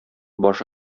башы